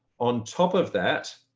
on top of that,